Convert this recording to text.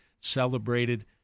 celebrated